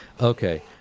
okay